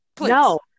No